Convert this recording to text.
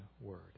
word